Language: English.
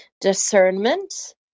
discernment